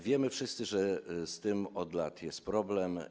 Wiemy wszyscy, że z tym od lat jest problem.